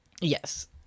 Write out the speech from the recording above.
yes